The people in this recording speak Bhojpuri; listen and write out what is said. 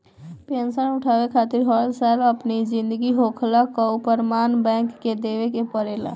पेंशन उठावे खातिर हर साल अपनी जिंदा होखला कअ प्रमाण बैंक के देवे के पड़ेला